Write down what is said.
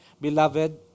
beloved